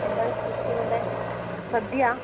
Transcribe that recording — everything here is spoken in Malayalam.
എന്താണ് സ്പെഷ്യൽ വേണ്ടത് സദ്യയാണോ